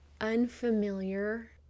unfamiliar